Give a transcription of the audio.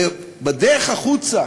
ובדרך החוצה